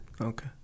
Okay